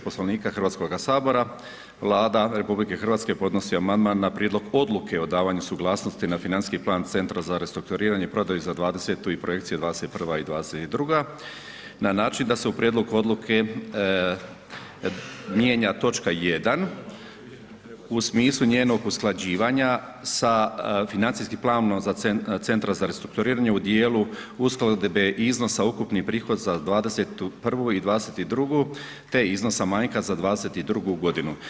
Poslovnika Hrvatskoga sabora, Vlada RH ponosi amandman na Prijedlog odluke o davanju suglasnosti na financijski plan Centra za restrukturiranje i prodaju za '20. i projekciju '21. i 22. na način da se u prijedlog odluke mijenja točka 1. u smislu njenog usklađivanja sa financijskim planom Centra za restrukturiranje u dijelu uskladbe iznosa ukupni prihod za '21. i '22. te iznosa manjka za '22. godinu.